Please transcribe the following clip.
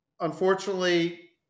unfortunately